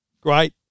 Great